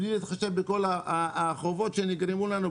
בלי להתחשב בכל החובות שנגרמו לנו,